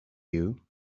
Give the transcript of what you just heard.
you